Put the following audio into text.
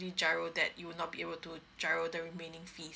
giro that you would not be able to giro the remaining fees